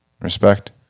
Respect